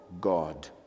God